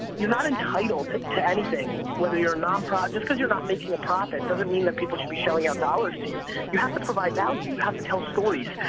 you're not entitled to anything whether your nonprofits, because you're not making a profit doesn't mean that people should be shelling out dollars to you. you have to provide value, you have to tell stories,